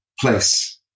place